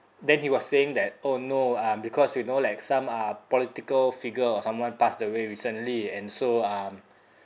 then he was saying that oh no um because you know like some uh political figure or someone passed away recently and so um